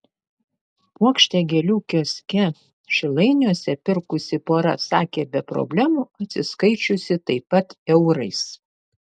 puokštę gėlių kioske šilainiuose pirkusi pora sakė be problemų atsiskaičiusi taip pat eurais